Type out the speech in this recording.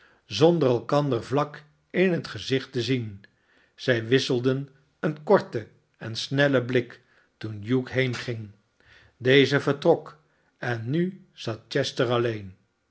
zonder elkander vlak in het gezicht te zien zij wisselden een korten en snellen blik toen hugh heenging deze vertrok en nu zat chester alleen